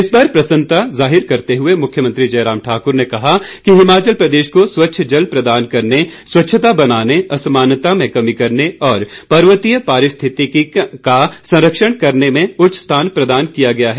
इस पर प्रसन्नता जाहिर करते हुए मुख्यमंत्री जयराम ठाकुर ने कहा कि हिमाचल प्रदेश को स्वच्छ जल प्रदान करने स्वच्छता बनाने असमानता में कमी करने और पर्वतीय परिस्थितिकी का संरक्षण करने में उच्च स्थान प्रदान किया गया है